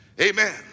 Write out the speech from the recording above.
Amen